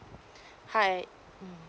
hi mm